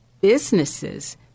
businesses